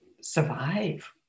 survive